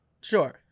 Sure